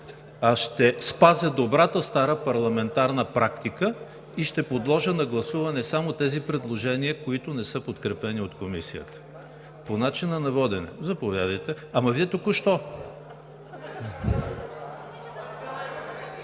а ще спазя добрата стара парламентарна практика и ще подложа на гласуване само тези предложения, които не са подкрепени от Комисията. По начина на водене? Заповядайте. Ама Вие току-що…